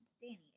Danny